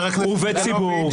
הוא עובד ציבור.